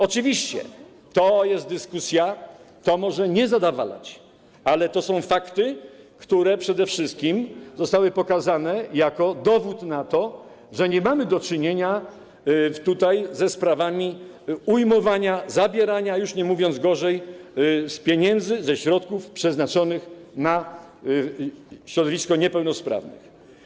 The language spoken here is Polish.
Oczywiście to jest dyskusja, to może nie zadowalać, ale to są fakty, które przede wszystkim zostały pokazane jako dowód na to, że nie mamy tutaj do czynienia z ujmowaniem, zabieraniem, już nie mówiąc gorzej, pieniędzy, środków przeznaczonych na środowisko niepełnosprawnych.